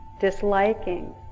disliking